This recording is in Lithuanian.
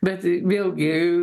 bet vėlgi